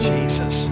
Jesus